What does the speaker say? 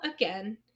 again